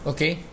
Okay